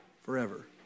forever